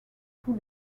tout